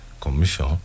commission